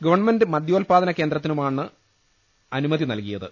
government മദ്യോൽപ്പാദനകേന്ദ്രത്തിനാണ് അനുമതി നൽകിയത്